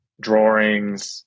drawings